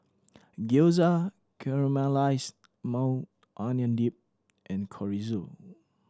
Gyoza Caramelized Onion Dip and Chorizo